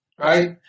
Right